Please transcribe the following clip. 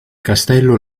castello